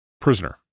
prisoner